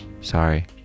Sorry